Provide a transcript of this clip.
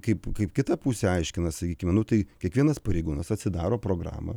kaip kaip kita pusė aiškina sakykime nu tai kiekvienas pareigūnas atsidaro programą